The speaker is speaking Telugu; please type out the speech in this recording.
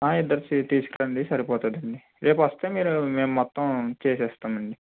ఆ ఇద్దరివి చేరి తీసుకురండి సరిపోతుంది రేపు వస్తే మీరు మేము మొత్తం చేస్తాం అండి